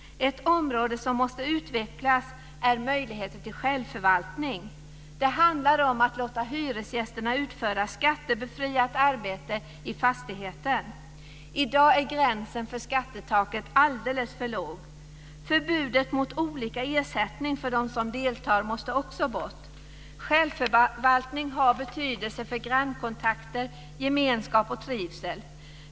Ett område som måste utvecklas är möjligheten till självförvaltning. Det handlar om att låta hyresgästerna utföra skattebefriat arbete i fastigheten. I dag är gränsen för skattetaket alldeles för låg. Förbudet mot olika ersättning för dem som deltar måste också tas bort. Självförvaltning har betydelse för grannkontakter, gemenskap och trivsel.